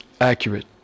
accurate